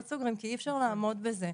כי אי אפשר לעמוד בזה.